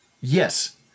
Yes